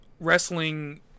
wrestling